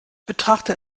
betrachte